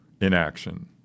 inaction